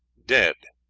dead,